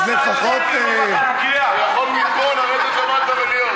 אני יכול מפה לרדת למטה,